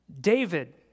David